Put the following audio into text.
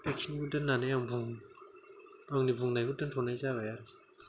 बेखिनियाव दोननानै आं बुं आंनि बुंनायखौ दोन्थ'नाय जाबाय आरोखि